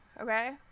Okay